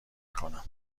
کنم